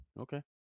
okay